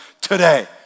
today